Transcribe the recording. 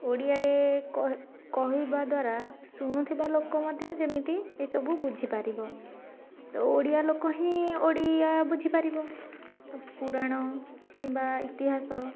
ଓଡ଼ିଆରେ କହିବା ଦ୍ୱାରା ଶୁଣୁଥିବା ଲୋକ ମଧ୍ୟ ଯେମିତି ଏସବୁ ବୁଝିପାରିବ ତ ଓଡ଼ିଆ ଲୋକ ହିଁ ଓଡ଼ିଆ ବୁଝିପାରିବ ପୁରାଣ କିମ୍ବା ଇତିହାସ